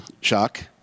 shock